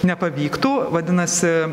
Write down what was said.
nepavyktų vadinasi